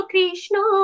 Krishna